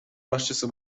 башчысы